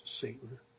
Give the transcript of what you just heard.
Satan